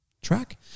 track